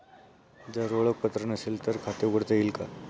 जर ओळखपत्र नसेल तर खाते उघडता येईल का?